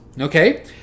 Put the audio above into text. okay